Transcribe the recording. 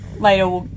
later